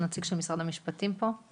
גם